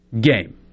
game